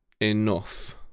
enough